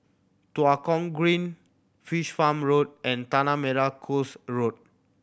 Tua Kong Green Fish Farm Road and Tanah Merah Coast Road